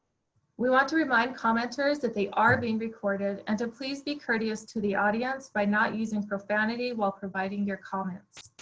we want to remind commenters that they are being recorded, and to please be courteous to the audience by not using profanity while providing your comments.